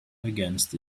against